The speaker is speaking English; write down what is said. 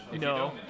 No